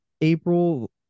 April